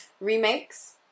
remakes